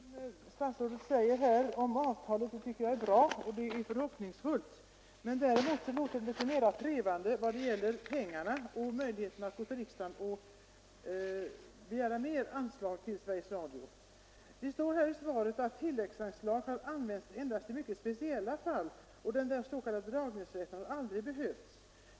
Herr talman! Det som statsrådet säger om avtalet tycker jag låter förhoppningsfullt. Däremot uttalar sig statsrådet litet mer trevande om möjligheten att föreslå riksdagen att bevilja ytterligare anslag till Sveriges Radio. Det står i svaret att tilläggsanslag har använts endast i mycket speciella fall och att den s.k. dragningsrätten aldrig har behövt utnyttjas.